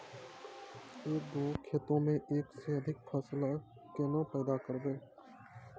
एक गो खेतो मे एक से अधिक फसल केना पैदा करबै?